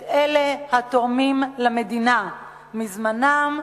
את אלה התורמים למדינה מזמנם,